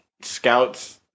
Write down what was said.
scouts